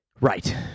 Right